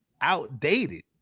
outdated